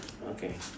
okay